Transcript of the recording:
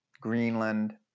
Greenland